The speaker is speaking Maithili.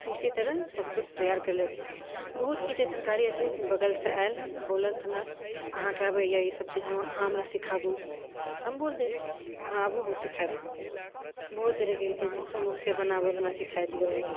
तऽ इसीतरह सबकिछु तैयार करल जाइ छै बहुत किछु ऐसन कार्य छै बगलसँ आयल बोलत हमरा अहाँके आबैया ईसब चीज अहाँ हमरा सिखाबु तऽ हम बोल देलहुँ अहाँ आबू हम सिखायब अहाँके बहुत तरहके चीज समोसे बनाबैला हमरा सिखा दियौ